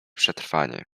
przetrwanie